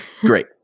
Great